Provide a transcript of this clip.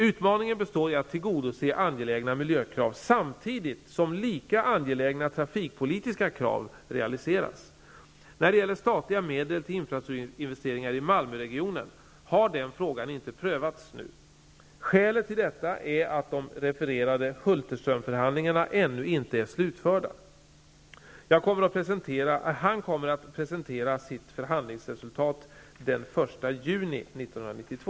Utmaningen består i att tillgodose angelägna miljökrav samtidigt som lika angelägna trafikpolitiska krav realiseras. När det gäller statliga medel till infrastrukturinvesteringar i Malmöregionen har den frågan inte prövats nu. Skälet till detta är att de refererade Hulterströmförhandlingarna ännu inte är slutförda. Han kommer att presentera sitt förhandlingsresultat den 1 juni 1992.